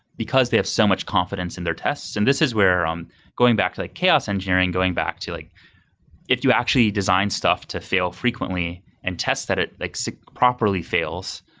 because they have so much confidence in their tests. and this is where um going back to like chaos engineering, going back to like if actually design stuff to fail frequently and tests at it, like so properly fails.